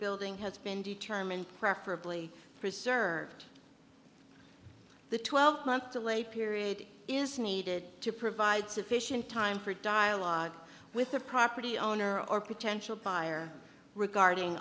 building has been determined preferably preserved the twelve month delay period is needed to provide sufficient time for dialogue with the property owner or potential buyer regarding